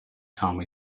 time